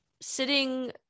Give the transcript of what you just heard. sitting